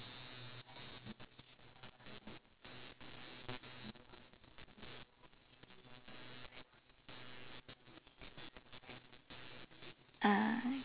ah